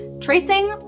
tracing